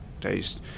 taste